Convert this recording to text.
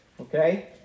Okay